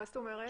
מה זאת אומרת?